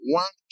one